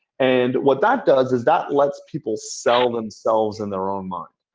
and what that does is that lets people sell themselves in their own mind.